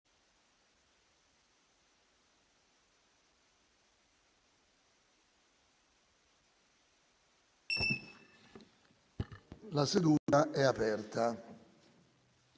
La seduta è aperta